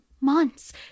months